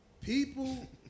People